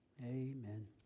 Amen